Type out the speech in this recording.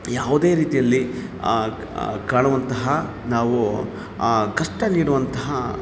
ಯಾವುದೇ ರೀತಿಯಲ್ಲಿ ಕಾಣುವಂತಹ ನಾವು ಆ ಕಷ್ಟ ನೀಡುವಂತಹ